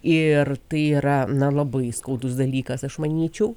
ir tai yra na labai skaudus dalykas aš manyčiau